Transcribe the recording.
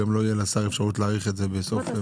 כך שלא תהיה לשר אפשרות להאריך את זה בלי סוף?